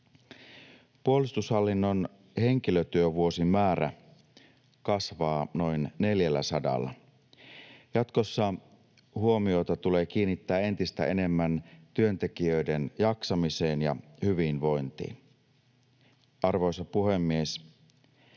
Puolustushallinnon henkilötyövuosimäärä kasvaa noin 400:lla. Jatkossa huomiota tulee kiinnittää entistä enemmän työntekijöiden jaksamiseen ja hyvinvointiin. Arvoisa puhemies!